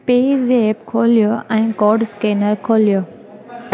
पेज़ेप्प खोलियो ऐं code scanner खोलियो